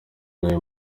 n’icyo